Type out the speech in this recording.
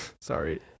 Sorry